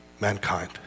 mankind